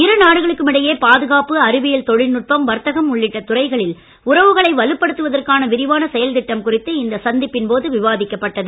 இரு நாடுகளுக்கும் இடையே பாதுகாப்பு அறிவியல் தொழில் நுட்பம் வர்த்தகம் உள்ளிட்ட துறைகளில் உறவுகளை வலுப் படுத்துவதற்கான விரிவான செயல்திட்டம் குறித்து இந்த சந்திப்பின் போது விவாதிக்கப்பட்டது